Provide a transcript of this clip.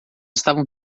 estavam